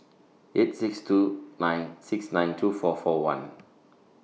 eight six two nine six nine two four four one